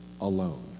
alone